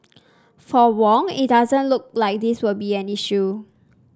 for Wong it doesn't look like this will be an issue